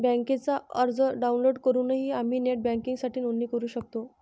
बँकेचा अर्ज डाउनलोड करूनही आम्ही नेट बँकिंगसाठी नोंदणी करू शकतो